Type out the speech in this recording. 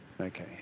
Okay